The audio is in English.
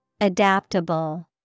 Adaptable